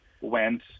went